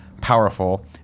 powerful